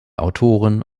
autoren